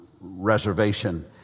reservation